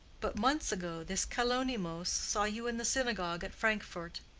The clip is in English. but months ago this kalonymos saw you in the synagogue at frankfort.